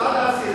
יש הצעה להסיר.